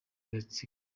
gatsibo